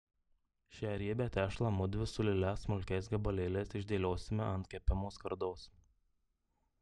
šią riebią tešlą mudvi su lile smulkiais gabalėliais išdėliosime ant kepimo skardos